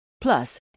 Plus